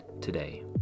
today